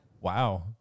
Wow